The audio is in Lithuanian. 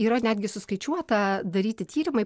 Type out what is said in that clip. yra netgi suskaičiuota daryti tyrimai